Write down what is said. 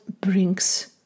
brings